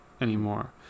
anymore